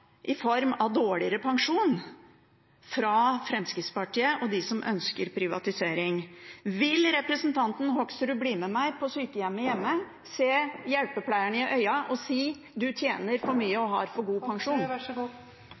i form av dårligere pensjon fra Fremskrittspartiet og dem som ønsker privatisering. Vil representanten Hoksrud bli med meg på sykehjemmet hjemme, se hjelpepleierne i øynene og si: Du tjener for mye og har for god pensjon?